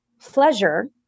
pleasure